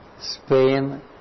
Spain